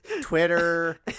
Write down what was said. twitter